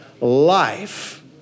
life